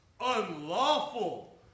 unlawful